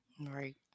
right